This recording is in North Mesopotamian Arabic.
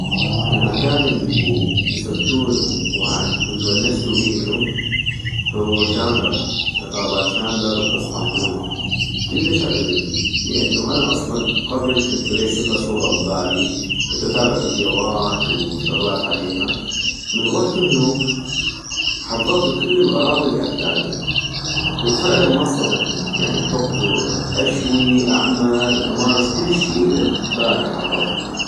المكان الي زرتونو وتونستو بينو هو شاملر، غابات شاملر باسطنبول، كلش عجبتني - لان انا اصلا قبل كنتو ريسملا صورة ابالي ، كنتو اتابع فيديوات وشغلات عليها، من غحتو هنوك حضغتو كل الغراض الي احتاجا، فعلا ما اصطدمتو ، يعني طقتو اشوي اعمل امارس كلشي ابالي حضغتونو